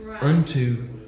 unto